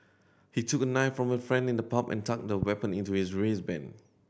he took a knife from a friend in the pub and tucked the weapon into his waistband